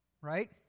Right